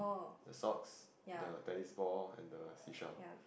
the socks the tennis ball and the seashell